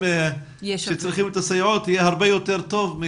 האלה שזקוקים לסייעות יהיה יותר טוב.